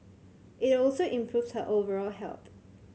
it also improves her overall health